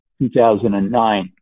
2009